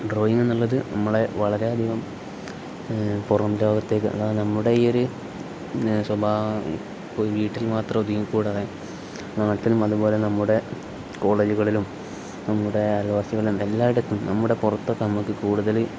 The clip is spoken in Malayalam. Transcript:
ഡ്രോയിങ് എന്നുള്ളത് നമ്മളെ വളരെയധികം പുറം ലോകത്തേക്ക് അത് നമ്മുടെ ഈ ഒരു സ്വഭാവം പോയി വീട്ടിൽ മാത്രം ഒതുങ്ങി കൂടാതെ നാട്ടിലും അതുപോലെ നമ്മുടെ കോളേജുകളിലും നമ്മുടെ അയൽവാസികളും എല്ലായിടത്തും നമ്മുടെ പുറത്തൊക്കെ നമുക്ക് കൂടുതൽ